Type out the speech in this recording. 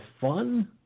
fun